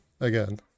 again